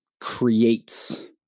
creates